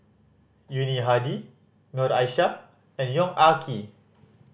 Yuni Hadi Noor Aishah and Yong Ah Kee